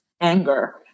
anger